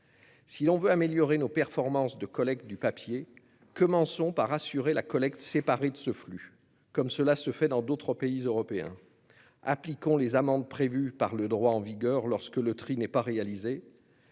Si l'on veut améliorer nos performances de collecte du papier, commençons par assurer la collecte séparée de ce flux, comme cela se fait dans d'autres pays européens. Appliquons les amendes prévues par le droit en vigueur lorsque le tri n'est pas réalisé.